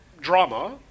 drama